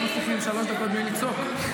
לא מצליחים שלוש דקות בלי לצעוק.